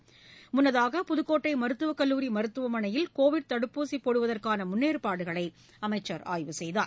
Covid முன்னதாக புதுக்கோட்டமருத்துவக்கல்லூரி மருத்துவமனையில் தடுப்பூசிபோடுவதற்கானமுன்னேற்பாடுகளைஅமைச்சர் ஆய்வு செய்தார்